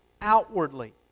outwardly